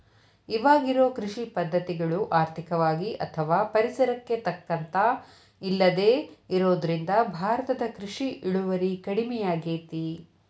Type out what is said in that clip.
ಇವಾಗಿರೋ ಕೃಷಿ ಪದ್ಧತಿಗಳು ಆರ್ಥಿಕವಾಗಿ ಅಥವಾ ಪರಿಸರಕ್ಕೆ ತಕ್ಕಂತ ಇಲ್ಲದೆ ಇರೋದ್ರಿಂದ ಭಾರತದ ಕೃಷಿ ಇಳುವರಿ ಕಡಮಿಯಾಗೇತಿ